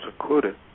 included